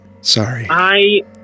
Sorry